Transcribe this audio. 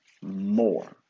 more